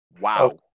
Wow